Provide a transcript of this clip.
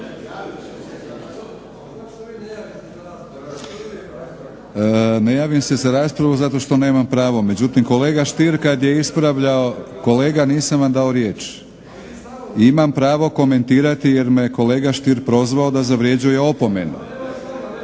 Ne javljam se za raspravu zato što nemam pravo međutim kolega Stier kada je ispravljao, kolega nisam vam dao riječ. Imam pravo komentirati jer me kolega Stier prozvao da zavređuje opomenu.